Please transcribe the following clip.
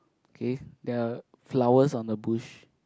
okay there're flowers on the bush